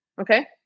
okay